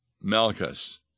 Malchus